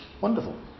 Wonderful